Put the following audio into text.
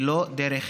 ולא דרך